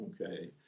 okay